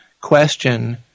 question